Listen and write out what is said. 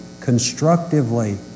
constructively